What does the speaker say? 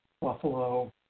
Buffalo